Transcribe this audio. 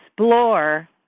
explore